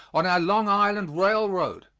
on our long island railroad,